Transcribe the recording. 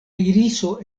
iriso